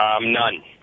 None